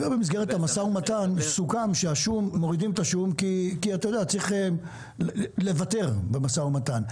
במסגרת המשא-ומתן סוכם שמורידים את השום כי צריך לוותר במשא-ומתן.